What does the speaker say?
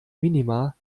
minima